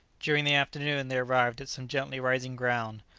during the afternoon they arrived at some gently rising ground,